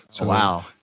Wow